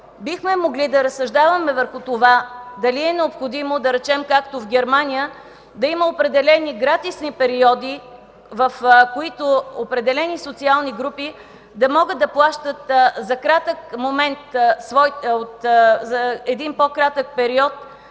Бихме могли да разсъждаваме върху това дали е необходимо, примерно както в Германия, да има определени гратисни периоди, в които определени социални групи за един по-кратък период